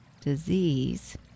disease